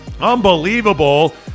Unbelievable